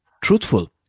truthful